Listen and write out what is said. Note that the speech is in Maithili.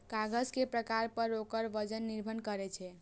कागज के प्रकार पर ओकर वजन निर्भर करै छै